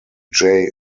jay